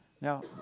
Now